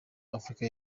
afurika